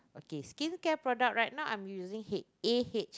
K skincare products right now I'm using H A_H